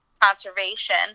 conservation